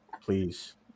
Please